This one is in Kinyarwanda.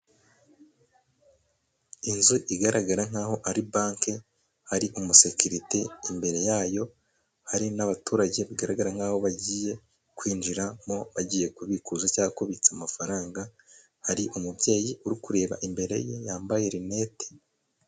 Inzu igaragara nkaho ari banki, hari umusekeritre. Imbere yayo hari n'abaturage bagaragara nkaho bagiye kwinjiramo bagiye kubikuza, cyangwa se kubitsa amafaranga, hari umubyeyi uri kureba imbere ye yambaye linete.